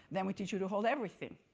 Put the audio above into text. then we teach you to hold everything.